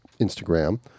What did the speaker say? Instagram